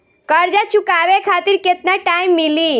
कर्जा चुकावे खातिर केतना टाइम मिली?